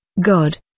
God